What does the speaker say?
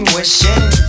Wishing